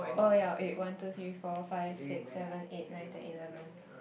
oh ya wait one two three four five six seven eight nine ten eleven